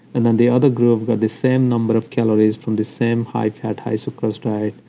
and then, the other group got the same number of calories from the same high-fat, high-sucrose diet,